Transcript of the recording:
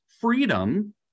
freedom